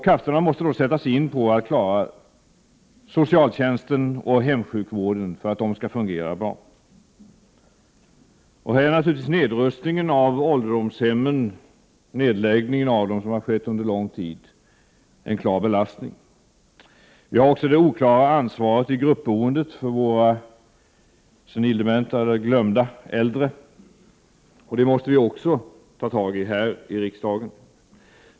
Krafterna måste främst sättas in på att klara socialtjänsten och hemsjukvården så att dessa fungerar bra. Därvid är den nedrustning av ålderdomshemmen som pågått under lång tid en klar belastning. Vi har också problem med det oklara ansvaret i gruppboendet för våra senildementa eller glömda äldre. Också den frågan måste vi ta itu med här i riksdagen.